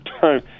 time